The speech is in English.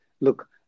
Look